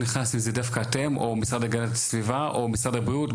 דווקא אתם או המשרד להגנת הסביבה או משרד הבריאות.